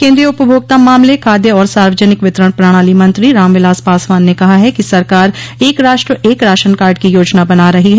केन्द्रीय उपभोक्ता मामले खाद्य और सार्वजनिक वितरण प्रणाली मंत्री रामविलास पासवान ने कहा है कि सरकार एक राष्ट्र एक राशन कार्ड की योजना बना रही है